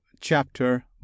chapter